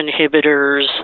inhibitors